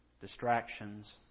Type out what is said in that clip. distractions